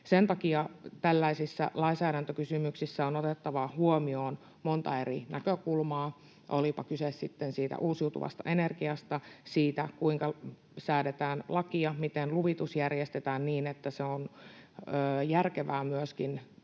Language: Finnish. Sen takia tällaisissa lainsäädäntökysymyksissä on otettava huomioon monta eri näkökulmaa, olipa kyse sitten siitä uusiutuvasta energiasta, siitä, kuinka säädetään lakia, miten luvitus järjestetään, niin että se on järkevää myöskin